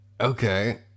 Okay